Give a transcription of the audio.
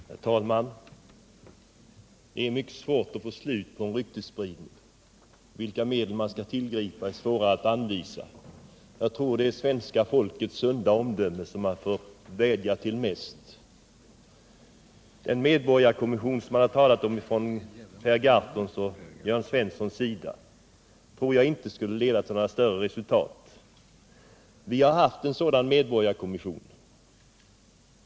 Herr talman! Det är mycket svårt att få slut på en ryktesspridning. Vilka medel man skall tillgripa är inte lätt att anvisa. Jag tror det är bäst att vädja till svenska folkets sunda omdöme. Den medborgarkommission som Per Gahrton och Jörn Svensson har talat om tror jag inte skulle leda till några större resultat. Vi har haft en sådan medborgarkommission.